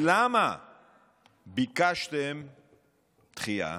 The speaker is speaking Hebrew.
למה ביקשתם דחייה,